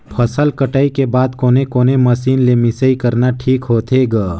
फसल कटाई के बाद कोने कोने मशीन ले मिसाई करना ठीक होथे ग?